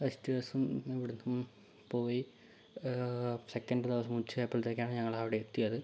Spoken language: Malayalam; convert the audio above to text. ഫസ്റ്റ് ദിവസം എവിടേയ്ക്കും പോയി സെക്കൻഡ് ദിവസം ഉച്ചയായപ്പോഴേക്കാണ് ഞങ്ങൾ അവിടെ എത്തിയത്